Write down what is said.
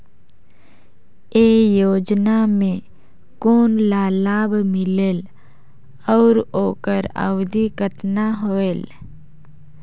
ये योजना मे कोन ला लाभ मिलेल और ओकर अवधी कतना होएल